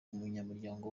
umunyamuryango